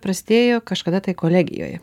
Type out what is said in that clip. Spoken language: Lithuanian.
prasidėjo kažkada tai kolegijoje